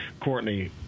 Courtney